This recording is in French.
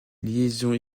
liaisons